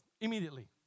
immediately